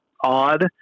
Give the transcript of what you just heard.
odd